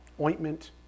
ointment